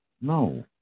No